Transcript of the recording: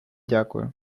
дякую